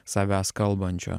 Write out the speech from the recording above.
savęs kalbančio